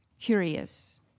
curious